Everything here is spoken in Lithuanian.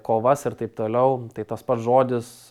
kovas ir taip toliau tai tas pats žodis